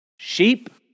Sheep